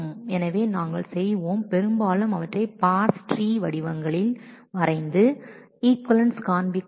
எனவே நாங்கள் பெரும்பாலும் அவற்றை பார்ஸ் ட்ரீஸ் வடிவங்களில் வரைந்துஅவை ஈக்விவலன்சை காண்பிக்கும்